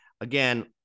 again